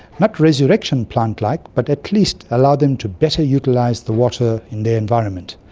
not resurrection-plant-like, but at least allow them to better utilise the water in the environment.